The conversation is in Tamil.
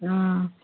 ஆ